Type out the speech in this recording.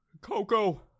Coco